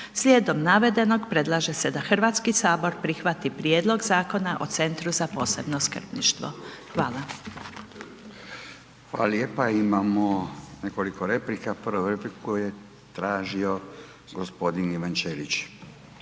Slijedom navedenog predlaže se da Hrvatski sabor prihvati Prijedlog zakona o Centru za posebno skrbništvo. Hvala. **Radin, Furio (Nezavisni)** Hvala lijepa. Imamo nekoliko replika. Prvu repliku je tražio gospodin Ivan Ćelić.